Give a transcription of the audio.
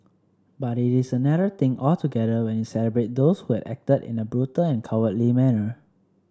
but it is another thing altogether when you celebrate those who had acted in a brutal and cowardly manner